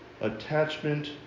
attachment